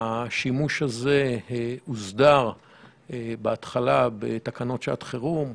השימוש הזה הוסדר בהתחלה בתקנות שעת חירום,